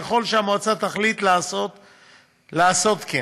ככל שהמועצה תחליט לעשות כן,